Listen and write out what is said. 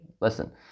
listen